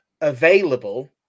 available